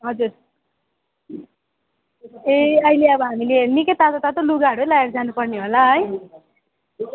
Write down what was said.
हजुर ए अहिले अब हामीले निकै तातो तातो लुगाहरू नै लगाएर जानुपर्ने होला है